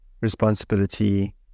responsibility